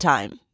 time